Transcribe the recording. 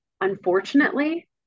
unfortunately